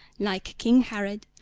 like king herod,